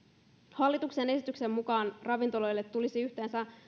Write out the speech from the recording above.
hallituksen esityksen mukaan ravintoloille tulisi yhteensä